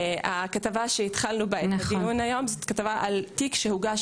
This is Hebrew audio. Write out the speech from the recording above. הכתבה שהתחלנו בה את הדיון היום זו כתבה על תיק שהוגש